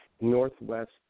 northwest